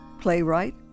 playwright